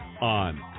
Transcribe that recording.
on